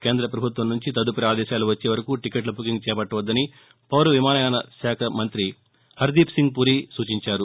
కేంద పభుత్వం నుంచి తదుపరి ఆదేశాలు వచ్చే వరకు టీకెట్ల బుకింగ్ చేపట్టవద్దని పౌర విమానయాన శాఖ మంత్రి హర్దీప్ సింగ్ పూరి శనివారం సూచించారు